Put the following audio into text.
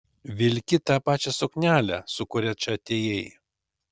vilki tą pačią suknelę su kuria čia atėjai